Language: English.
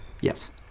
Yes